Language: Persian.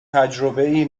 تجربهای